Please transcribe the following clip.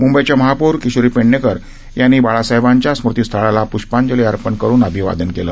मुंबईच्या महापौर किशोरी पेडणेकर यांनी बाळासाहेबांच्या स्मुतीस्थळाला पूष्पांजली अर्पण करून अभिवादन केलं